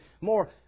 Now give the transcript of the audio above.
more